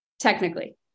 technically